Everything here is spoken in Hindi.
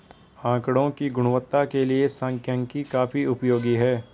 आकड़ों की गुणवत्ता के लिए सांख्यिकी काफी उपयोगी है